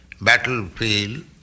battlefield